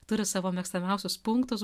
turi savo mėgstamiausius punktus